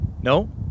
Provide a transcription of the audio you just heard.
No